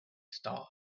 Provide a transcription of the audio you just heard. star